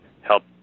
help